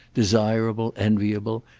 desirable, enviable,